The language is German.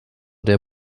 der